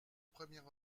première